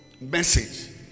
message